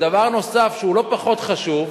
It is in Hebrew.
דבר נוסף, שהוא לא פחות חשוב,